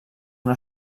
una